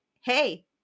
hey